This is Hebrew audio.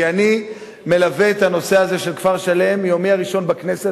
כי אני מלווה את הנושא הזה של כפר-שלם מיומי הראשון בכנסת,